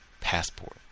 passport